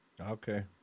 Okay